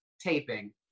taping